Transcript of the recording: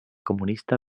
comunista